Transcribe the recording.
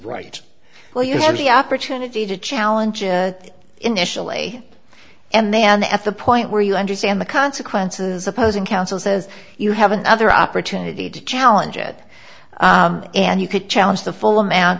right well you have the opportunity to challenge it initially and then the at the point where you understand the consequences opposing counsel says you have another opportunity to challenge it and you could challenge the full amount